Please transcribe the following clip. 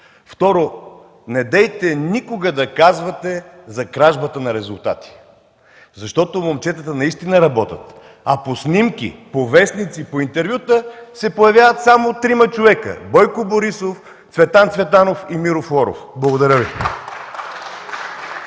Второ, недейте никога да казвате за кражбата на резултати, защото момчетата наистина работят, а по снимки, по вестници, по интервюта се появяват само трима човека – Бойко Борисов, Цветан Цветанов и Миро Флоров. Благодаря Ви.